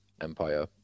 Empire